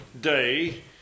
day